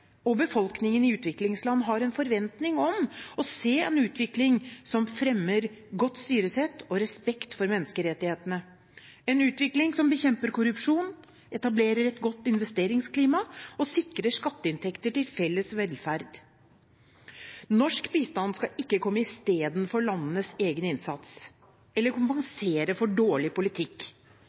og befolkningen i utviklingsland har en forventning om å se en utvikling som fremmer godt styresett og respekt for menneskerettighetene, en utvikling som bekjemper korrupsjon, etablerer et godt investeringsklima og sikrer skatteinntekter til felles velferd. Norsk bistand skal ikke komme i stedet for landenes egen innsats eller kompensere for dårlig politikk.